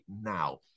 now